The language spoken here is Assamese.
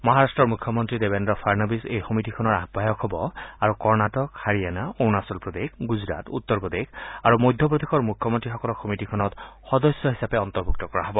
মহাৰাট্টৰ মুখ্যমন্ত্ৰী দেবেন্দ্ৰ ফাড়নৱিচ এই সমিতিখনৰ আহায়ক হব আৰু কৰ্ণাটক হাৰিয়াণা অৰুণাচল প্ৰদেশ গুজৰাট উত্তৰ প্ৰদেশ আৰু মধ্যপ্ৰদেশৰ মুখ্যমন্ত্ৰীসকলক সমিতিখনত সদস্য হিচাপে অন্তৰ্ভূক্ত কৰা হ'ব